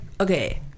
okay